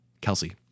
Kelsey